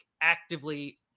actively